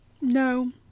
no